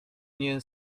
nie